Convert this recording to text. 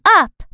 up